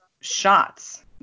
shots